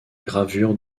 gravures